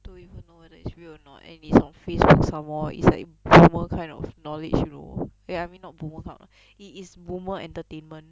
don't even know whether it's real or not and it is on Facebook somemore is like boomer kind of knowledge you know eh I mean not boomer kind of it is boomer entertainment